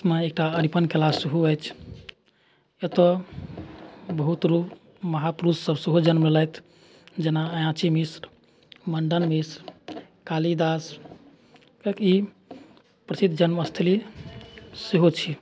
एकटा अरिपन कला सेहो अछि एतहु बहुत लोक महापुरुषसब सेहो जनमलथि जेना अयाची मिश्र मण्डन मिश्र कालिदास कियाकि ई प्रसिद्ध जन्मस्थली सेहो छी